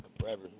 forever